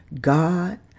God